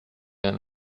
ein